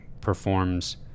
performs